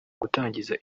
gutangiza